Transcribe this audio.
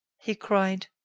he cried.